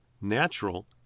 natural